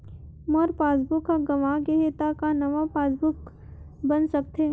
मोर passbook ह गंवा गे हे त का नवा पास बुक बन सकथे?